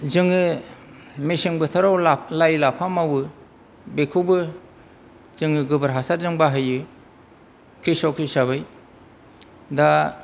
जोङो मेसें बोथोराव लाइ लाफा मावो बेखौबो जोङो गोबोर हासार जों बाहायो ख्रिसक हिसाबै दा